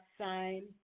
sign